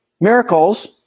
miracles